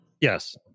yes